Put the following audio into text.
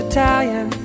Italian